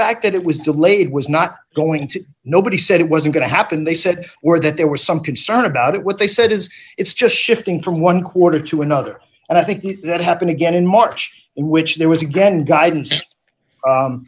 fact that it was delayed was not going to nobody said it was going to happen they said or that there was some concern about it what they said is it's just shifting from one quarter to another and i think that happened again in march in which there was again guidance